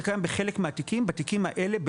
זה קיים בחלק מהתיקים אבל בתיקים האלה זה